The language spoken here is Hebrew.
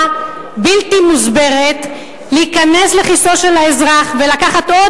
יש לכם תאווה בלתי מוסברת להיכנס לכיסו של האזרח ולקחת עוד